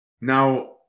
now